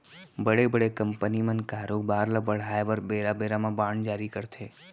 बड़े बड़े कंपनी मन कारोबार ल बढ़ाय बर बेरा बेरा म बांड जारी करथे